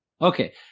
Okay